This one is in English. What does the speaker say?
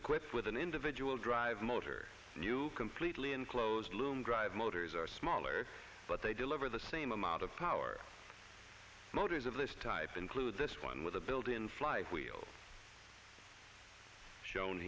equipped with an individual drive motor you completely enclosed loom drive motors are smaller but they deliver the same amount of power motors of this type include this one with a built in fly wheel shown